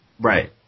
right